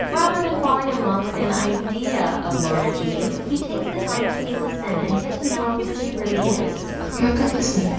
rather than falling in love with an idea of lara jean, he takes the time to listen and get to know who she really is. you're a good listener.